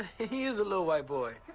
he is a little white boy.